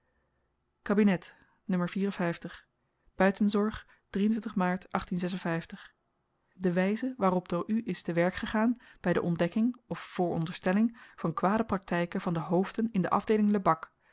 buitenzorg aart de wijze waarop door u is te werk gegaan bij de ontdekking of vooronderstelling van kwade praktijken van de hoofden in de afdeeling lebak